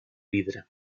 vidre